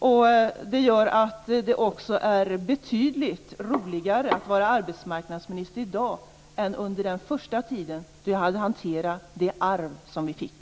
Det gör också att det är betydligt roligare att vara arbetsmarknadsminister i dag än under den första tiden, då jag hade att hantera det arv som vi fick.